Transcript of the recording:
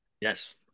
Yes